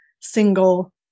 single